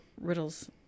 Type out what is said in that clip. Riddles